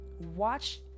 watch